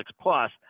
Plus